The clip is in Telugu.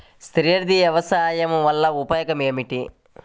సేంద్రీయ వ్యవసాయం వల్ల ఉపయోగం ఏమిటి?